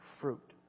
fruit